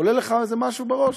עולה לך משהו בראש,